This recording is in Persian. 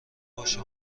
باشه